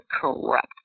corrupt